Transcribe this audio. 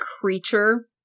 creature